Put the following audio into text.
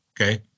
okay